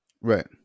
Right